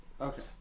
Okay